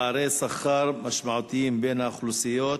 בנושא: פערי שכר משמעותיים בין האוכלוסיות,